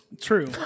true